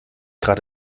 grad